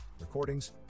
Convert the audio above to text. recordings